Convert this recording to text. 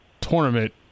tournament